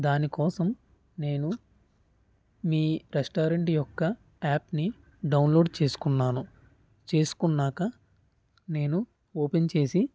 దానికోసం నేను మీ రెస్టారెంట్ యొక్క యాప్ని డౌన్లోడ్ చేసుకున్నాను చేసుకున్నాక నేను ఓపెన్ చేసి